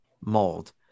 mold